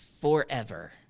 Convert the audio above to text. forever